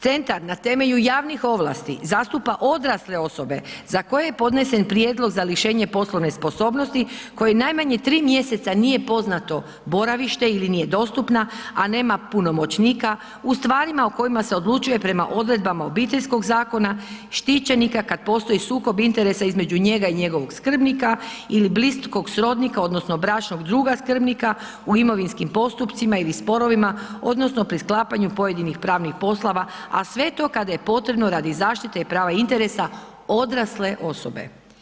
Centar na temelju javnih ovlasti zastupa odrasle osobe za koje je podnesen prijedlog za lišenje poslovne sposobnosti, kojem najmanje 3 mj. nije poznato boravište ili nije dostupna a nema punomoćnika, u stvarima o kojima se odlučuje prema odredbama Obiteljskog zakona, štićenika kad postoji sukob interesa između njega i njegovog skrbnika ili bliskog srodnika odnosno bračnog druga skrbnika u imovinskim postupcima ili sporovima odnosno pri sklapanju pojedinih pravnih poslova sve to kada je potrebno radi zaštite i prava interesa odrasle osobe.